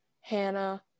Hannah